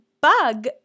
bug